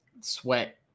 Sweat